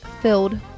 filled